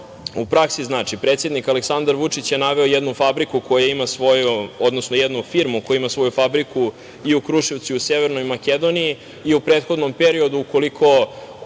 u praksi znači? Predsednik Aleksandar Vučić je naveo jednu fabriku koja ima svoju, odnosno jednu firmu koja ima svoju fabriku i u Kruševcu i u Severnoj Makedoniji i u prethodnom periodu ukoliko